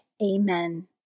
Amen